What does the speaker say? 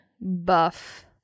buff